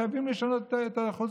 חייבים לשנות את אחוז